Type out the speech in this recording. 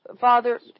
Father